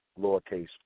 lowercase